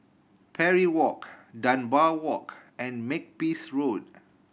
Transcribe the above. Parry Walk Dunbar Walk and Makepeace Road